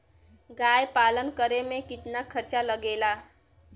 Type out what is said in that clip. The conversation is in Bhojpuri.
गाय पालन करे में कितना खर्चा लगेला?